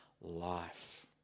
life